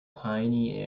piny